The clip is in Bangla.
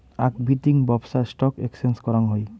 আক বিতিং ব্যপছা স্টক এক্সচেঞ্জ করাং হই